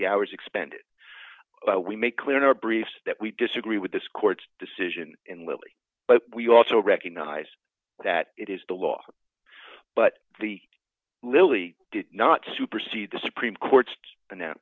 the hours expended we make clear in our brief that we disagree with this court's decision in lilly but we also recognize that it is the law but the lilly did not supersede the supreme court's